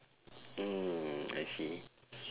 oh I see